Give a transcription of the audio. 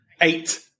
eight